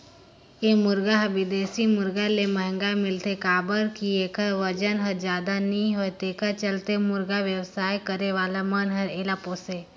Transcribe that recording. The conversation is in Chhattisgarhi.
ए मुरगा हर बिदेशी मुरगा ले महंगा मिलथे काबर कि एखर बजन हर जादा नई होये तेखर चलते मुरगा बेवसाय करे वाला मन हर एला पोसे